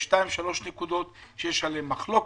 יש שתיים שלוש נקודות שיש עליהן מחלוקת,